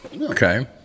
Okay